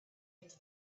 into